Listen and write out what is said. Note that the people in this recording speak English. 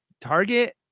Target